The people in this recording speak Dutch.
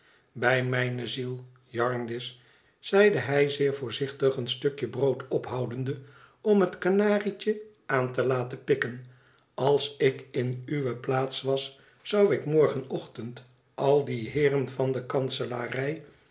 bij mijne ziel jarndyce zeide hij zeer voorzichtig een stukje brood ophoudende om het kanarietje aan te laten pikken als ik in uwe plaats was zou ik morgenochtend al die heeren van de kanselarij